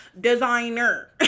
designer